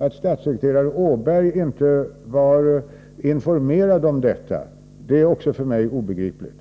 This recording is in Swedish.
att statssekreterare Åberg inte var informerad om detta ständigt upprepas är för mig obegripligt.